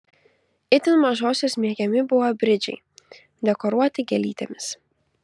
itin mažosios mėgiami buvo bridžiai dekoruoti gėlytėmis